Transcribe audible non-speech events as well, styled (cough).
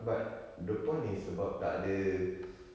but the point is sebab tak ada (breath)